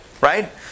right